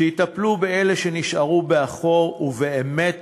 שיטפלו באלה שנשארו מאחור ובאמת